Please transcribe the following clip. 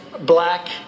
black